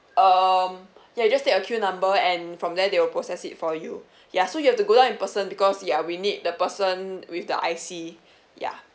um ya you just take a queue number and from there they will process it for you ya so you have to go down in person because ya we need the person with the I_C ya